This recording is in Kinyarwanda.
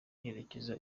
yerekeza